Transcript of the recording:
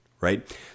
right